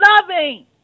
loving